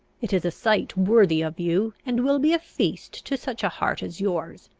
it is a sight worthy of you and will be a feast to such a heart as yours!